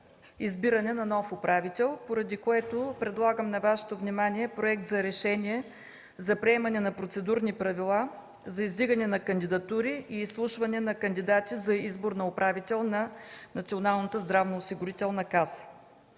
избиране на нов управител, поради което предлагам на Вашето внимание: „Проект! РЕШЕНИЕ за приемане на Процедурни правила за издигане на кандидатури, изслушване на кандидати за избор на управител на